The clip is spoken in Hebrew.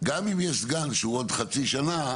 גם אם יש סגן שהוא עוד חצי שנה,